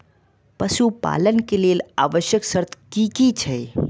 पशु पालन के लेल आवश्यक शर्त की की छै?